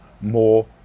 more